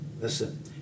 Listen